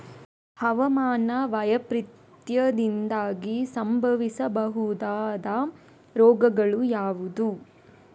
ಹವಾಮಾನ ವೈಪರೀತ್ಯದಿಂದಾಗಿ ಸಂಭವಿಸಬಹುದಾದ ರೋಗಗಳು ಯಾವುದು?